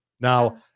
now